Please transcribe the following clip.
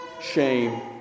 shame